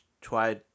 try